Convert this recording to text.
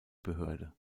behörde